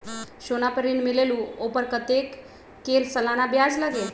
सोना पर ऋण मिलेलु ओपर कतेक के सालाना ब्याज लगे?